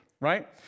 right